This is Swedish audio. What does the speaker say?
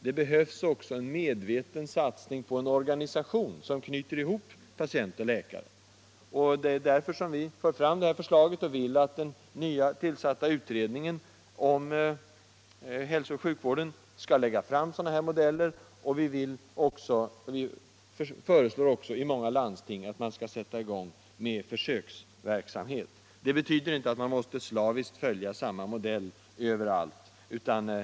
Det behövs också en medveten satsning på en organisation, som knyter ihop patient och läkare. Det är därför som vi för fram det här förslaget och vill att den nyligen tillsatta utredningen om hälsooch sjukvården skall arbeta ut sådana modeller. Vi föreslår också i många landsting att man skall sätta i gång med försöksverksamhet. Det betyder inte att man slaviskt måste följa samma modell överallt.